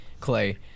Clay